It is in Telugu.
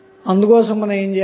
కాబట్టి మనం ఏమి చేయాలి